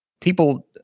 people